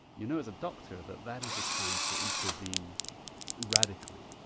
you know as a doctor that that is the time to intervene radically,